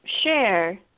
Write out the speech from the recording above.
share